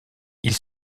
ils